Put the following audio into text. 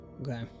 okay